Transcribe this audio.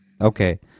Okay